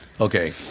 Okay